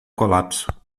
colapso